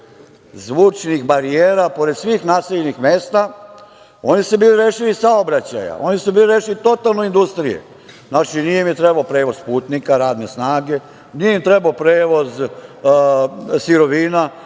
zvučnih barijera pored svih naseljenih mesta. Oni su bili rešili saobraćaja, oni su bili rešili totalno industrije, znači nije im trebao prevoz putnika, radne snage, nije im trebao prevoz sirovina,